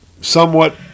somewhat